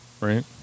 right